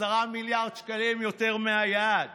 "זוהי ארץ שהפרידה בין דת למדינה ומאז שולטת בה הדת